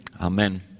Amen